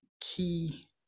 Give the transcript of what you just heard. key